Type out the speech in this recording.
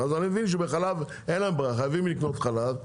אני מבין שבחלב אין בררה וחייבים לקנות חלב,